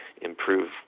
improve